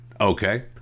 Okay